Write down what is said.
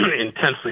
intensely